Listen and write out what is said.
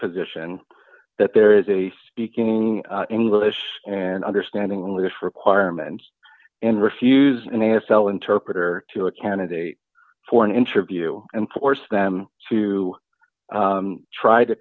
position that there is a speaking english and understand english requirements and refuse an a s l interpreter to a candidate for an interview and force them to try to